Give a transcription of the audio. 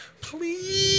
please